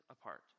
apart